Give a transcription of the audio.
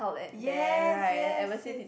yes yes yes